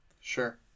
Sure